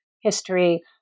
history